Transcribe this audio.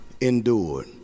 endured